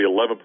11